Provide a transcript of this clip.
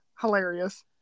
Hilarious